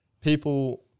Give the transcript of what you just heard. people